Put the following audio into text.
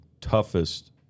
toughest